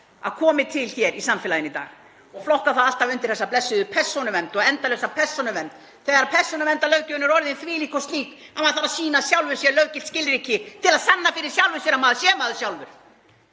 að komi til í samfélaginu í dag og flokka það alltaf undir þessa blessuðu persónuvernd og endalausa persónuvernd þegar persónuverndarlöggjöfin er orðin þvílík og slík að maður þarf að sýna sjálfum sér löggilt skilríki til að sanna fyrir sjálfum sér að maður sé maður sjálfur.